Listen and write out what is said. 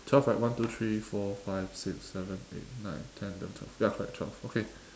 twelve right one two three four five six seven eight nine ten eleven twelve ya correct twelve okay